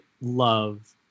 love